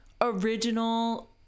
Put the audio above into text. original